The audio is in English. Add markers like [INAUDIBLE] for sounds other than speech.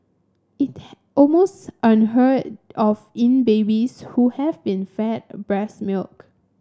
[UNINTELLIGIBLE] almost unheard of in babies who have been fed breast milk